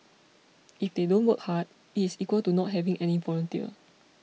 if they don't work hard it is equal to not having any volunteer